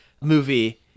movie